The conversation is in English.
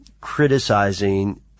criticizing